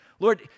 Lord